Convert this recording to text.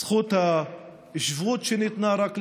זכות השבות, שניתנה רק ליהודים,